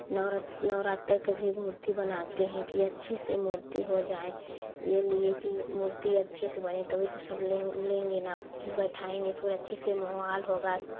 नवरात्र नवरात्र तक भी मूर्ति बनाते हैं कि अच्छी सी मूर्ति हो जाए ये लिए कि मूर्ति अच्छे से बने तभी तो सब ले लेंगे ना फिर बैठाएँगे फिर अच्छी से माहौल होगा